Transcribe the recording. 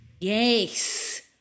Yes